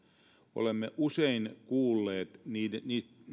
olemme usein kuulleet niiden